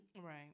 right